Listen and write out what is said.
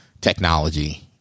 technology